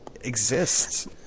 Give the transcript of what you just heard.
exists